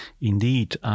indeed